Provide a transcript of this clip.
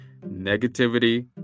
Negativity